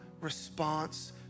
response